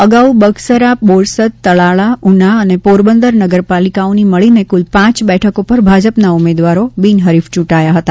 અગાઉ બગસરા બોરસદ તાલાલા ઉના અને પોરબંદર નગરપાલિકાઓની મળીને કુલ પાંચ બેઠકો પર ભાજપના ઉમેદવારો બિનહરીફ ચૂંટાયા હતા